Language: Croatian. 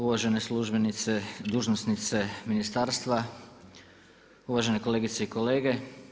Uvažene službenice, dužnosnice ministarstva, uvažene kolegice i kolege.